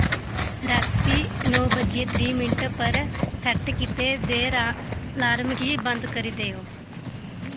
रातीं नौ बज्जियै त्रीह् मिंट्ट पर सैट्ट कीते दे रा अलार्म गी बंद करी देओ